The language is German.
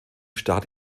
start